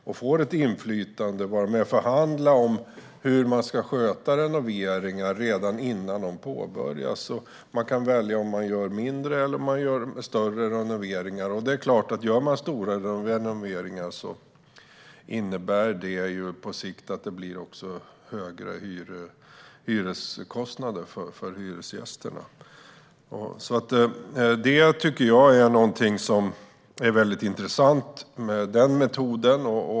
De får då ett inflytande och kan vara med och förhandla om hur man ska sköta renoveringar redan innan de påbörjas. De kan välja om man ska göra mindre eller större renoveringar. Det är klart att om man gör stora renoveringar innebär det på sikt att det blir högre hyreskostnader för hyresgästerna. Jag tycker att den metoden är väldigt intressant.